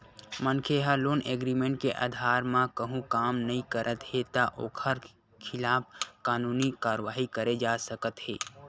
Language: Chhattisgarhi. मनखे ह लोन एग्रीमेंट के अधार म कहूँ काम नइ करत हे त ओखर खिलाफ कानूनी कारवाही करे जा सकत हे